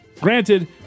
Granted